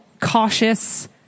cautious